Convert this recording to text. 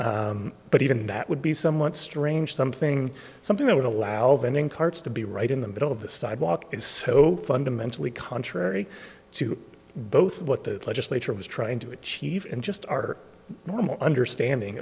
perpendicular but even that would be somewhat strange something something that would allow vending carts to be right in the middle of the sidewalk is so fundamentally contrary to both what the legislature was trying to achieve and just our normal understanding